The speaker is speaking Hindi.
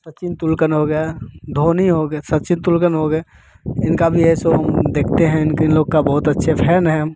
सचिन तेंदुलकर हो गए धोनी हो गए सचिन तेंदुलकर हो गए इनका भी है देखते हैं इनके लोग का बहुत अच्छे फैन हैं हम